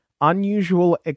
unusual